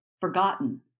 forgotten